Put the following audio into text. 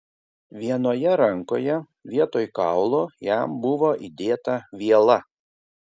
vienoje rankoje vietoj kaulo jam buvo įdėta viela